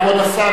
כבוד השר,